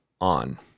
on